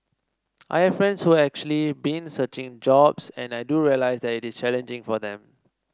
I have friends who have actually been searching jobs and I do realise that it is challenging for them